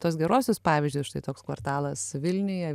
tuos geruosius pavyzdžius štai toks kvartalas vilniuje